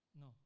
No